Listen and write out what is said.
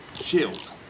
Shield